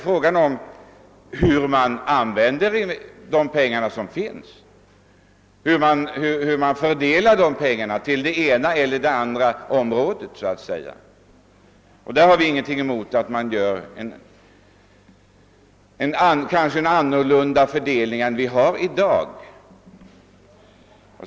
Här gäller det hur man skall använda de pengar som finns, hur de skall fördelas till det ena eller det andra området. Härvidlag har vi ingenting emot att man kanske gör en annorlunda fördelning än den vi har i dag.